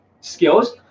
Skills